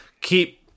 keep